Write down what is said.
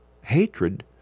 hatred